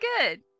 good